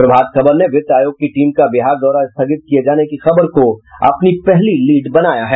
प्रभात खबर ने वित्त आयोग की टीम का बिहार दौरा स्थगित किये जाने की खबर को अपनी पहली लीड बनाया है